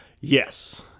Yes